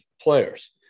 players